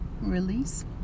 release